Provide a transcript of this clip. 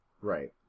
Right